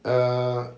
uh